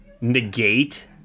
negate